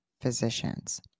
physicians